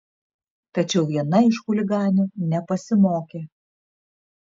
tačiau viena iš chuliganių nepasimokė